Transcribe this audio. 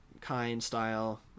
kind-style